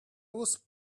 was